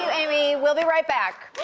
so amy. we'll be right back.